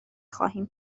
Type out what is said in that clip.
خواهیم